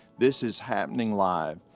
this is happening live.